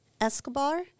Escobar